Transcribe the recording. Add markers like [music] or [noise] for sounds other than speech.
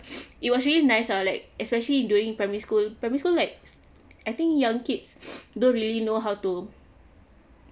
[noise] it was really nice ah like especially during primary school primary school likes I think young kids [noise] don't really know how to